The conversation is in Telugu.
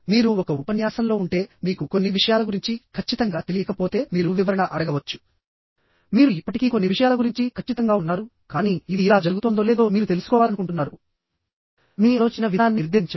మీరు ఒక ఉపన్యాసంలో ఉంటే మీకు కొన్ని విషయాల గురించి ఖచ్చితంగా తెలియకపోతే మీరు వివరణ అడగవచ్చు మీరు ఇప్పటికీ కొన్ని విషయాల గురించి ఖచ్చితంగా ఉన్నారు కానీ ఇది ఇలా జరుగుతోందో లేదో మీరు తెలుసుకోవాలనుకుంటున్నారు మీ మనస్సులో మీరు దాని గురించి ఆలోచించిన విధానాన్ని నిర్దేశించండి